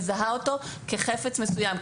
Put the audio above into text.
מזהה אותו כחפץ מסוים,